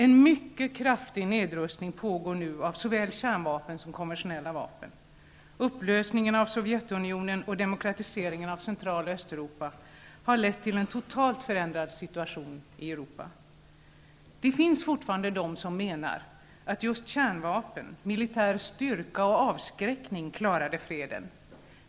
En mycket kraftig nedrustning pågår nu av såväl kärnvapen som konventionella vapen. Upplösningen av Sovjetunionen och demokratiseringen av Central och Östeuropa har lett till en totalt förändrad situation i Europa. Det finns fortfarande de som menar att just kärnvapen, militär styrka och avskräckning klarade freden.